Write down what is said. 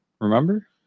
Remember